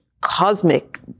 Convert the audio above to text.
cosmic